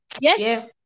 Yes